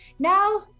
Now